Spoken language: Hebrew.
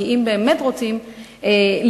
כי אם באמת רוצים לבדוק,